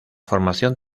formación